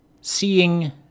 seeing